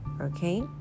okay